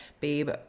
Babe